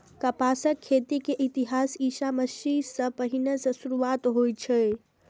कपासक खेती के इतिहास ईशा मसीह सं पहिने सं शुरू होइ छै